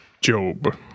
Job